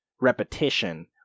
repetition